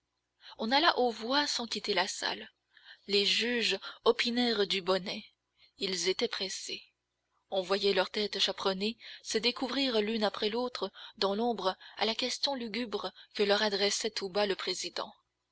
on alla aux voix sans quitter la salle les juges opinèrent du bonnet ils étaient pressés on voyait leurs têtes chaperonnées se découvrir l'une après l'autre dans l'ombre à la question lugubre que leur adressait tout bas le président